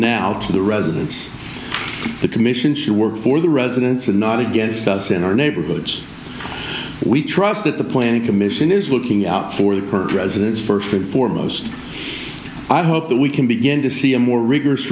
now to the residents the commission should work for the residents and not against us in our neighborhoods we trust that the planning commission is looking out for the current residents first and foremost i hope that we can begin to see a more rigorous